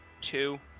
Two